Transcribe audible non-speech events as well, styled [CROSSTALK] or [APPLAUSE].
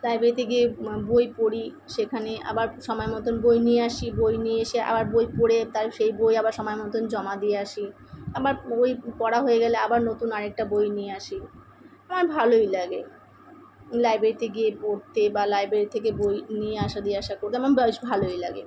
লাইব্রেরিতে গিয়ে বই পড়ি সেখানে আবার সময় মতন বই নিয়ে আসি বই নিয়ে এসে আবার বই পড়ে তার সেই বই আবার সময় মতন জমা দিয়ে আসি আবার বই পড়া হয়ে গেলে আবার নতুন আর একটা বই নিয়ে আসি [UNINTELLIGIBLE] ভালোই লাগে লাইব্রেরিতে গিয়ে পড়তে বা লাইব্রেরি থেকে বই নিয়ে আসা দিয়ে আসা করতে আমাম বেশ ভালোই লাগে